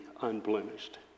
unblemished